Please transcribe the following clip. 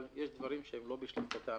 אבל יש דברים שהם לא בשליטתם,